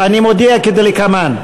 אני מודיע כדלקמן: